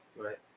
right